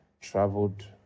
traveled